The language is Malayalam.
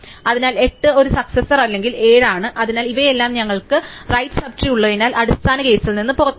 അതിനാൽ 8 ഒരു സക്സസാർ അല്ലെങ്കിൽ 7 ആണ് അതിനാൽ ഇവയെല്ലാം നിങ്ങൾക്ക് റൈറ് സബ് ട്രീ ഉള്ളതിനാൽ അടിസ്ഥാന കേസിൽ നിന്ന് പുറത്തുവരുന്നു